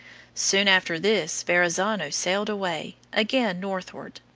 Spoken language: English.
soon after this verrazzano sailed away, again northward.